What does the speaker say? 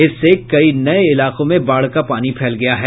इससे कई नये इलाकों में बाढ़ का पानी फैल गया है